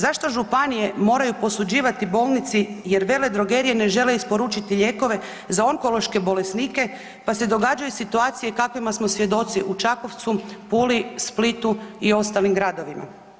Zašto županije moraju posuđivati bolnici jer veledrogerije ne žele isporučiti lijekove za onkološke bolesnike pa se događaju situacije kakvima smo svjedoci u Čakovcu, Puli, Splitu i ostalim gradovima?